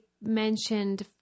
mentioned